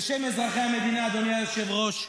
בשם אזרחי המדינה, אדוני היושב-ראש,